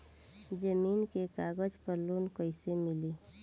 जमीन के कागज पर लोन कइसे मिली?